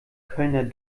kölner